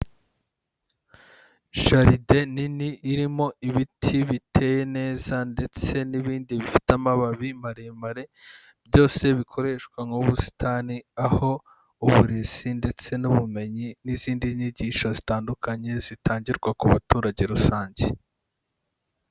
Jaride nini irimo ibiti biteye neza ndetse n'ibindi bifite amababi maremare, byose bikoreshwa nk'ubusitani, aho uburezi ndetse n'ubumenyi n'izindi nyigisho zitandukanye zitangirwa ku baturage rusange.